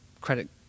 credit